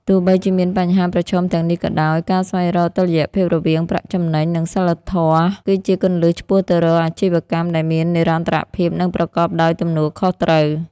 ទោះបីជាមានបញ្ហាប្រឈមទាំងនេះក៏ដោយ ការស្វែងរកតុល្យភាពរវាងប្រាក់ចំណេញ និងសីលធម៌គឺជាគន្លឹះឆ្ពោះទៅរកអាជីវកម្មដែលមាននិរន្តរភាព និងប្រកបដោយទំនួលខុសត្រូវ។